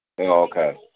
okay